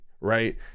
right